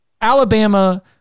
Alabama